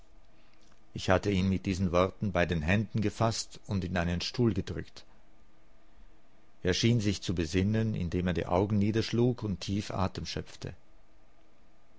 ich hatte ihn mit diesen worten bei den händen gefaßt und in einen stuhl gedrückt er schien sich zu besinnen indem er die augen niederschlug und tief atem schöpfte